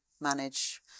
manage